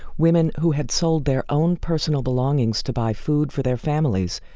women who had sold their own personal belongings to buy food for their families,